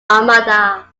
armada